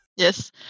Yes